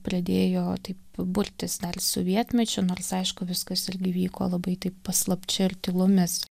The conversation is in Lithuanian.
pradėjo taip burtis dar sovietmečiu nors aišku viskas irgi vyko labai taip paslapčia ir tylomis